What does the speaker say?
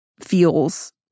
feels